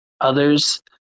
others